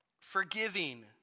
forgiving